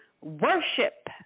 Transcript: worship